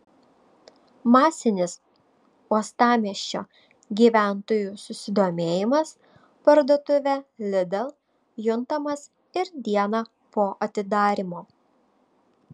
masinis uostamiesčio gyventojų susidomėjimas parduotuve lidl juntamas ir dieną po atidarymo